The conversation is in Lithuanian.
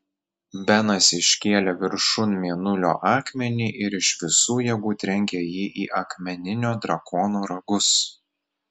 benas iškėlė viršun mėnulio akmenį ir iš visų jėgų trenkė jį į akmeninio drakono ragus